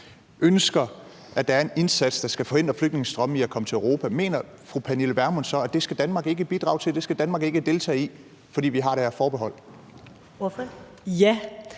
ønsker, at der er en indsats, der skal forhindre flygtningestrømme i at komme til Europa, mener fru Pernille Vermund så, at det skal Danmark ikke bidrage til, at det skal Danmark ikke deltage i, fordi vi har det her forbehold?